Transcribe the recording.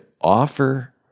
offer